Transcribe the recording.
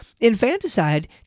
infanticide